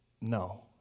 No